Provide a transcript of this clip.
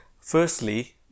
firstly